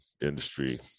industry